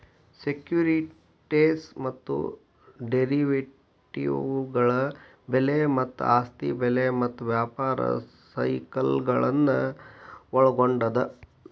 securities ಮತ್ತ ಡೆರಿವೇಟಿವ್ಗಳ ಬೆಲೆ ಮತ್ತ ಆಸ್ತಿ ಬೆಲೆ ಮತ್ತ ವ್ಯಾಪಾರ ಸೈಕಲ್ಗಳನ್ನ ಒಳ್ಗೊಂಡದ